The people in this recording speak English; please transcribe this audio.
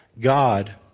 God